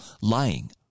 lying